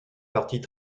partie